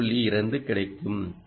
2 கிடைக்கும்